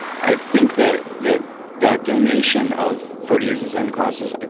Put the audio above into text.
i think that that that donation of forty years of zen classes.